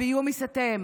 הביוב ייסתם.